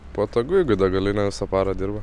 patogu jeigu degalinė visą parą dirba